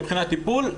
מבחינת טיפול,